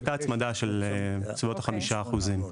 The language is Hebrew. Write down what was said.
הייתה הצמדה של בערך חמישה אחוזים.